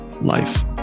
life